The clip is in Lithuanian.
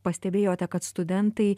pastebėjote kad studentai